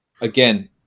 again